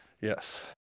Yes